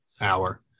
hour